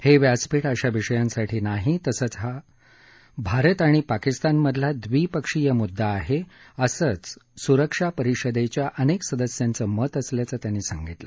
हे व्यासपीठ अशा विषयांसाठी नाही तसंच हा भारत आणि पाकिस्तानमधला द्विपक्षीय म्द्दा आहे असंच स्रक्षा परिषदेच्या अनेक सदस्यांचं मत असल्याचं त्यांनी सांगितलं